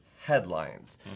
headlines